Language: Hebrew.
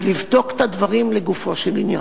ולבדוק את הדברים לגופו של עניין.